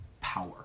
power